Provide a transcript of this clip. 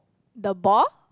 the ball